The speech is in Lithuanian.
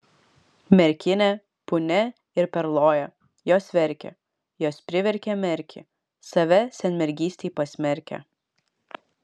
merkinė punia ir perloja jos verkė jos priverkė merkį save senmergystei pasmerkę